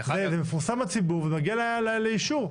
זה מפורסם לציבור, זה מגיע לאישור.